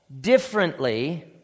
differently